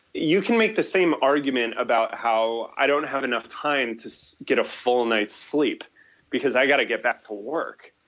you can make the same argument about how i don't have enough time to get a full night sleep because i got to get back to work.